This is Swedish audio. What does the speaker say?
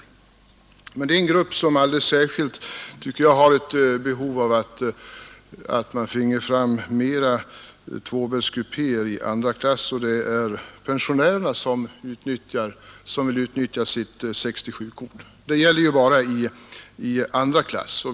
Det är emellertid en grupp som alldeles särskilt har ett behov av tvåbäddskupéer i andra klass, nämligen de pensionärer som vill utnyttja sitt 67-kort. Detta kort gäller ju bara i andra klass.